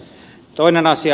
toinen asia